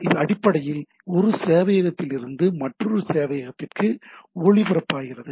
இது அடிப்படையில் இது ஒரு சேவையகத்திலிருந்து மற்றொரு சேவையகத்திற்கு ஒளிபரப்பாகிறது